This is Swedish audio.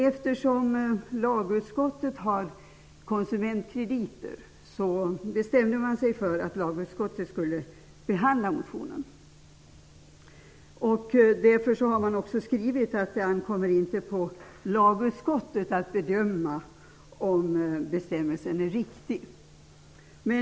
Eftersom lagutskottet har hand om konsumentkrediter bestämde man sig för att lagutskottet skulle behandla motionen. Utskottet har också skrivit att det inte ankommer på lagutskottet att bedöma om bestämmelsen är riktig.